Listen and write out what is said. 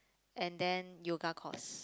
and then yoga course